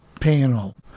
panel